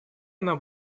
она